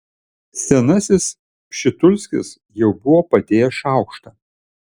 senasis pšitulskis jau buvo padėjęs šaukštą